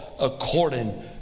according